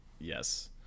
yes